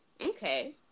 Okay